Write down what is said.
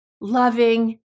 loving